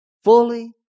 Fully